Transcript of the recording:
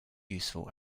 useful